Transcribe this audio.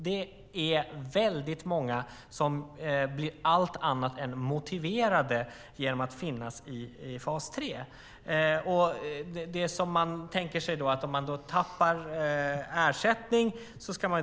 Det är väldigt många som blir allt annat än motiverade av att finnas i fas 3. Man ska motiveras med att man tappar ersättning.